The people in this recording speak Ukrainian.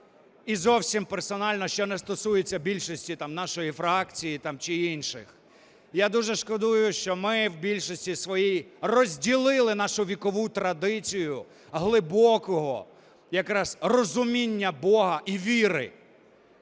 І зовсім персонально, що не стосується більшості, там нашої фракції, там чи інших. Я дуже шкодую, що ми в більшості своїй розділили нашу вікову традицію глибокого якраз розуміння Бога і віри.